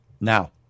Now